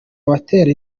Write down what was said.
abatera